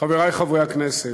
חברי חברי הכנסת,